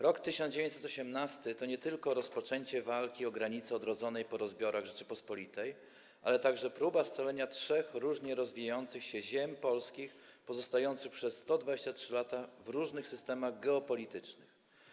Rok 1918 to nie tylko rozpoczęcie walki o granice odrodzonej po rozbiorach Rzeczypospolitej, ale także próba scalenia trzech różnie rozwijających się ziem polskich pozostających przez 123 lata w różnych systemach geopolitycznych.